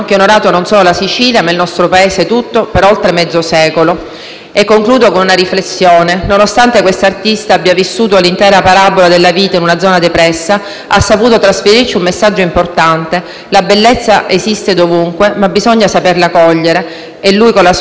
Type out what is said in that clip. Concludo con una riflessione. Nonostante questo artista abbia vissuto l'intera parabola della vita in una zona depressa, ha saputo trasferirci un messaggio importante. La bellezza esiste dovunque, ma bisogna saperla cogliere e lui, con la sua arte, ha permesso a tutti noi che è possibile scoprirlo in qualsiasi realtà.